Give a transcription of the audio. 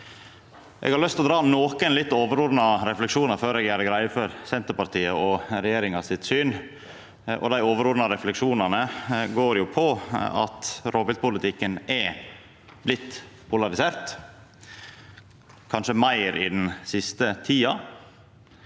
Eg har lyst til å dra nokon litt overordna refleksjonar før eg gjer greie for Senterpartiet og regjeringa sitt syn. Dei overordna refleksjonane går på at rovviltpolitikken er blitt polarisert, kanskje meir i den siste tida.